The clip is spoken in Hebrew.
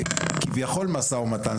כביכול משא ומתן.